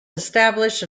established